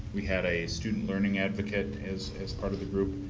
we had a student learning advocate as as part of the group.